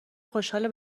خوشحال